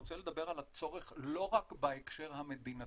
רוצה לדבר על הצורך לא רק בהקשר המדינתי,